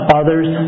others